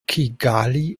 kigali